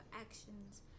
actions